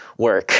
work